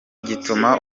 gituma